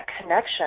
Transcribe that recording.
connection